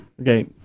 Okay